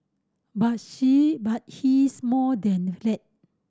but she but he's more than that